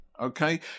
Okay